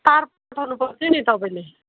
तार पठाउनु पर्थ्यो नि तपाईँले